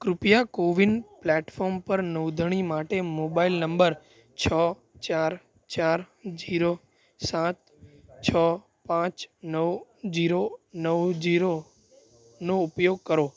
કૃપયા કોવિન પ્લેટફોર્મ પર નોંધણી માટે મોબાઇલ નંબર છ ચાર ચાર ઝીરો સાત છ પાંચ નવ ઝીરો નવ ઝીરોનો ઉપયોગ કરો